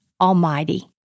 Almighty